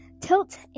tilt